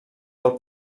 del